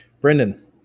Brendan